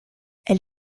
elle